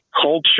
culture